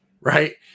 right